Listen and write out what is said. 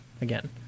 again